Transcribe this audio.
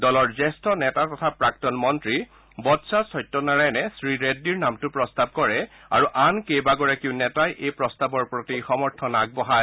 দলৰ জ্যেষ্ঠ নেতা তথা প্ৰাক্তন মন্ত্ৰী বৎসা সত্যনাৰায়ণে শ্ৰীৰেড্ডীৰ নামটো প্ৰস্তাৱ কৰে আৰু আন কেইবাগৰাকী নেতাই এই প্ৰস্তাৱৰ প্ৰতি সমৰ্থন আগবঢ়ায়